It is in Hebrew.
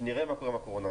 שנראה מה קורה עם הקורונה.